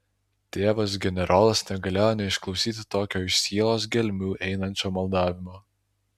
tėvas generolas negalėjo neišklausyti tokio iš sielos gelmių einančio maldavimo